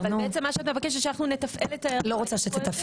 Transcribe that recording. אבל בעצם מה שאת מבקשת זה שאנחנו נתפעל --- לא רוצה שתתפעלי,